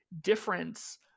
difference